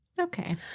Okay